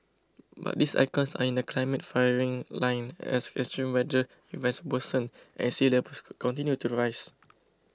but these icons are in the climate firing line as extreme weather events worsen and sea levels continue to rise